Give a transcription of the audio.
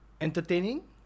entertaining